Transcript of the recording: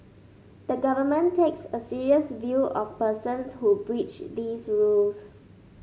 the Government takes a serious view of persons who breach these rules